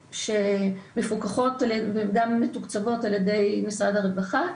שמפוקחות ומתוקצבות על ידי משרד הרווחה.